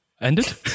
ended